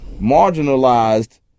marginalized